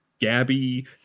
Gabby